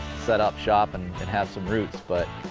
set up shop and it has some roots but.